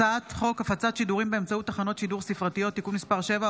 הצעת חוק הפצת שידורים באמצעות תחנות שידור ספרתיות (תיקון מס' 7,